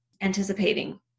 anticipating